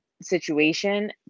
situation